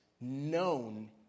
known